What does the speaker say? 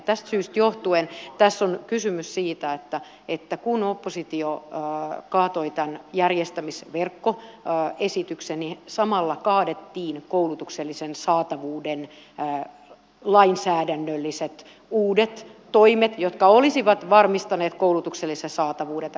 tästä syystä johtuen tässä on kysymys siitä että kun oppositio kaatoi tämän järjestämisverkkoesityksen niin samalla kaadettiin koulutuksellisen saatavuuden lainsäädännölliset uudet toimet jotka olisivat varmistaneet koulutuksellisen saatavuuden tässä maassa